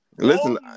Listen